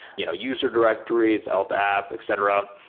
you know user directories, eldap, etc,